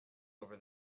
over